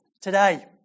today